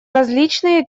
различные